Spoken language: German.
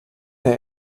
der